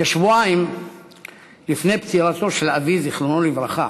כשבועיים לפני פטירתו של אבי זיכרונו לברכה